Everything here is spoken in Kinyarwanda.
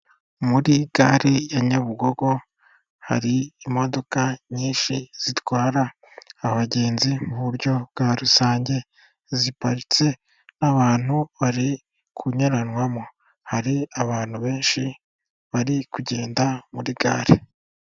Muri gare ya nyabugogo hari imodoka nyinshi zitwara abagenzi mu buryo bwa rusange, ziparitse n'abantu bari kunyuranwamo hari abantu benshi bari kugenda muri gare.